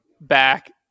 back